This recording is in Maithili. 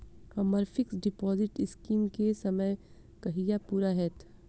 हम्मर फिक्स डिपोजिट स्कीम केँ समय कहिया पूरा हैत?